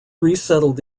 resettled